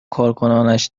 کارکنانش